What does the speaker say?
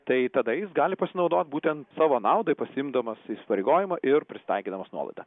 tai tada jis gali pasinaudot būtent savo naudai pasiimdamas įsipareigojimą ir pritaikydamas nuolaidą